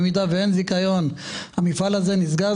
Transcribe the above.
אם אין זיכיון המפעל נסגר,